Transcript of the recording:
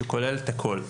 שכולל את הכול.